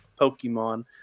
Pokemon